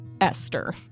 Esther